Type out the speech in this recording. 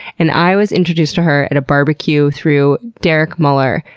and i was introduced to her at a barbeque through derek muller,